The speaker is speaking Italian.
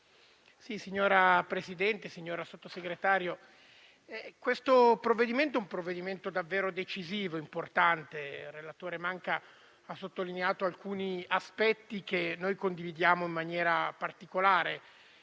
Signora Presidente, signora Sottosegretario, questo è un provvedimento davvero decisivo e importante, di cui il relatore Manca ha sottolineato alcuni aspetti che noi condividiamo in maniera particolare.